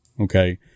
okay